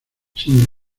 sin